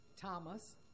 Thomas